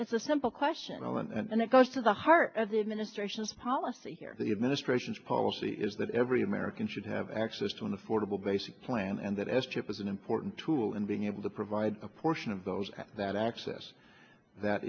it's a simple question well and it goes to the heart of the administration's policy here the administration's policy is that every american should have access to an affordable basic plan and that as chip is an important tool in being able to provide a portion of those that access that